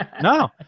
No